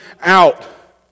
out